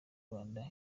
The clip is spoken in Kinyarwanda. rwanda